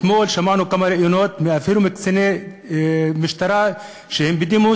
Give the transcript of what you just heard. אתמול שמענו כמה ראיונות אפילו של קציני משטרה בדימוס,